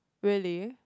really